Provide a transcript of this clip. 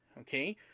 okay